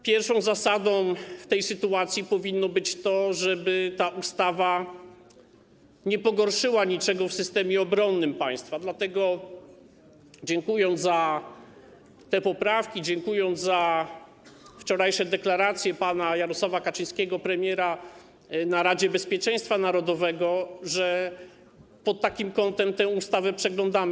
Pierwszą zasadą w tej sytuacji powinno być to, żeby ta ustawa nie pogorszyła niczego w systemie obronnym państwa, dlatego dziękuję za te poprawki, dziękuję za wczorajsze deklaracje pana premiera Jarosława Kaczyńskiego na posiedzeniu Rady Bezpieczeństwa Narodowego, za to, że pod takim kątem tę ustawę przeglądamy.